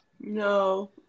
No